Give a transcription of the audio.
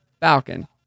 Falcon